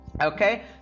Okay